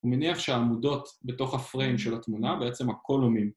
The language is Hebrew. ומניח שהעמודות בתוך הפריים של התמונה, בעצם הקולומים.